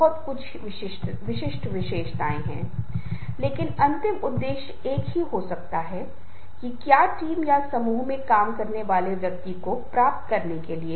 तो कुछ इच्छा होनी चाहिए यह इच्छा हो सकती है कि मुझे कुछ मिलेगा कुछ हासिल करना है समाज के लिए कुछ करना होगा